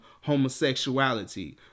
homosexuality